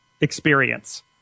experience